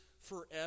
forever